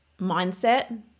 mindset